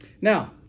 Now